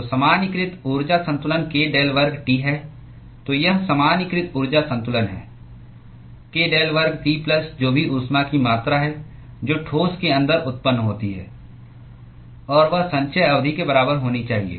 तो सामान्यीकृत ऊर्जा संतुलन k डेल वर्ग T है तो यह सामान्यीकृत ऊर्जा संतुलन है k डेल वर्ग T प्लस जो भी ऊष्मा की मात्रा है जो ठोस के अंदर उत्पन्न होती है और वह संचय अवधि के बराबर होनी चाहिए